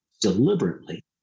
deliberately